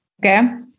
Okay